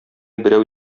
берәү